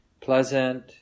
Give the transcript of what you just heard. pleasant